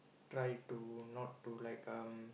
try to not to like um